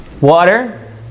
water